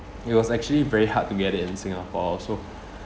it was actually very hard to get in singapore so